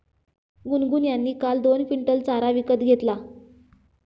गुनगुन यांनी काल दोन क्विंटल चारा विकत घेतला